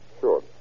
Sure